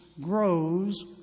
grows